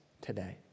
today